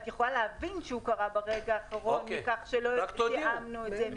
את יכולה להבין שהוא קרה ברגע האחרון מכך שלא תיאמנו את זה מראש.